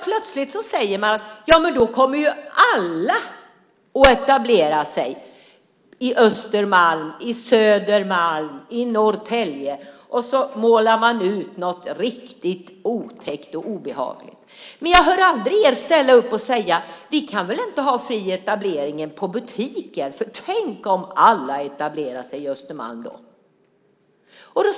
Plötsligt säger man: Jamen då kommer ju alla att etablera sig på Östermalm, på Södermalm och i Norrtälje. Sedan målar man ut något riktigt otäckt och obehagligt. Men jag hör aldrig er säga: Vi kan väl inte ha fri etablering av butiker, för tänk om alla etablerar sig på Östermalm.